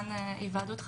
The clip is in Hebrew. בעניין היוועדות חזותית,